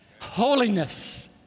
Holiness